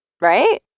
right